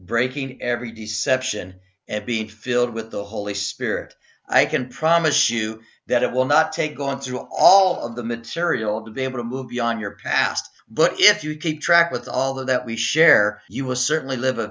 breaking every d section and be filled with the holy spirit i can promise you that it will not take going through all of the material to be able to move beyond your past but if you keep track with all that we share you will certainly live